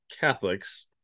catholics